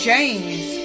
James